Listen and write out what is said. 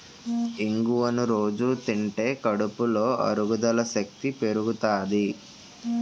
ఇంగువను రొజూ తింటే కడుపులో అరుగుదల శక్తి పెరుగుతాది